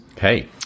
Hey